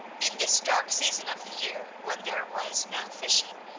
in this dark season of the year when there was no fishing,